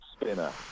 Spinner